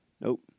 Nope